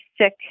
sick